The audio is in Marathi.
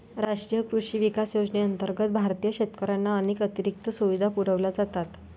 राष्ट्रीय कृषी विकास योजनेअंतर्गत भारतीय शेतकऱ्यांना अनेक अतिरिक्त सुविधा पुरवल्या जातात